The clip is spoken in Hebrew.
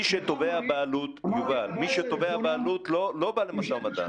מי שתובע בעלות לא באו למשא ומתן.